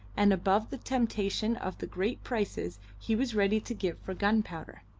and above the temptation of the great prices he was ready to give for gunpowder.